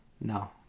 No